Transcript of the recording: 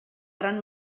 gran